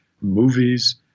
movies